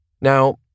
Now